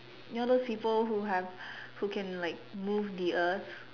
you know those people who have who can like move the earth